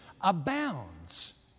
abounds